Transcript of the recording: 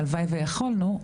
הלוואי ויכולנו,